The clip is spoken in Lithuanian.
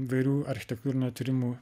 įvairių architektūrinių tyrimų